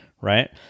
right